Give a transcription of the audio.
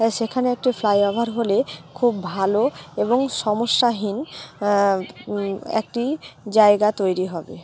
তাই সেখানে একটি ফ্লাইওভার হলে খুব ভালো এবং সমস্যাহীন একটি জায়গা তৈরি হবে